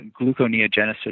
gluconeogenesis